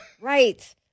Right